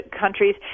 countries